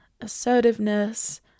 assertiveness